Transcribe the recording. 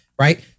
right